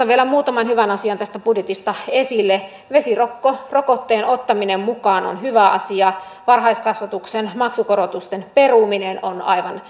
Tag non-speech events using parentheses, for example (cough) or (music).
(unintelligible) vielä muutaman hyvän asian tästä budjetista esille vesirokkorokotteen ottaminen mukaan on hyvä asia varhaiskasvatuksen maksukorotusten peruminen on aivan